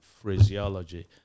phraseology